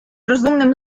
розумним